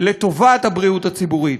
לטובת הבריאות הציבורית.